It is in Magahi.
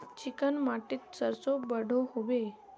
चिकन माटित सरसों बढ़ो होबे?